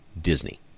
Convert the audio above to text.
disney